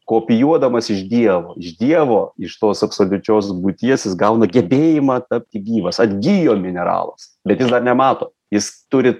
kopijuodamas iš dievo iš dievo iš tos absoliučios būties jis gauna gebėjimą tapti gyvas atgijo mineralas bet jis dar nemato jis turi